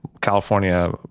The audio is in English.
California